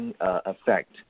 effect